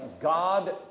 God